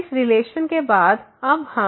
इस रिलेशन के बाद अब हम